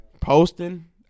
posting